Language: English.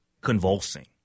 convulsing